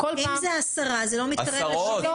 אם זה עשרה, זה לא מתקרב ל-74.